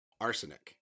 arsenic